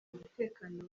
umutekano